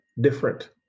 different